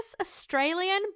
Australian